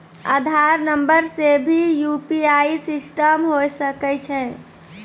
आधार नंबर से भी यु.पी.आई सिस्टम होय सकैय छै?